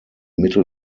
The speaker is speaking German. mittel